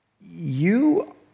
You